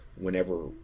whenever